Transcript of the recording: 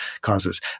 causes